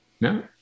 No